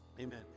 amen